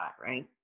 Right